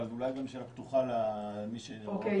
אבל אולי גם שאלה פתוחה למי שנמצא איתנו בזום.